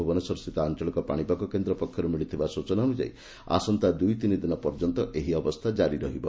ଭୁବନେଶ୍ୱରସ୍ଥିତ ଆଞଳିକ ପାଣିପାଗ କେନ୍ଦ୍ର ପକ୍ଷରୁ ମିଳିଥିବା ସ୍ଚନା ଅନୁଯାୟୀ ଆସନ୍ତା ଦୁଇ ତିନି ଦିନ ପର୍ଯ୍ୟନ୍ତ ଏହି ଅବସ୍ଥା କାରି ରହିବ